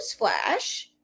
newsflash